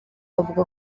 bavuga